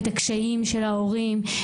את הקשיים של ההורים,